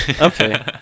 okay